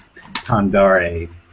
Tandare